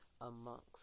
Amongst